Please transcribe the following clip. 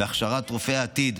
והכשרת רופאי העתיד,